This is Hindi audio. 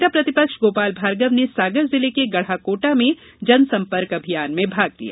नेता प्रतिपक्ष गोपाल भार्गव ने सागर जिले के गढ़ाकोटा में जनसंपर्क अभियान में भाग लिया